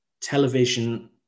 television